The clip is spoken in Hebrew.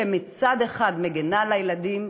שמצד אחד מגינה על הילדים,